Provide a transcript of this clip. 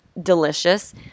delicious